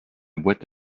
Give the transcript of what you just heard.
boîte